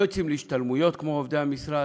לא יוצאים להשתלמויות כמו עובדי המשרד,